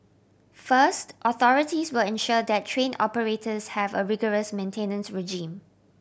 first authorities will ensure that train operators have a rigorous maintenance regime